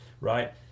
right